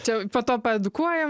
čia po to paedukuojam